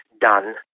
done